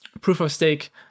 proof-of-stake